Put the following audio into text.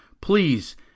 Please